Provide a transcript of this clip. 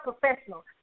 professional